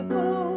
go